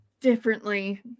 differently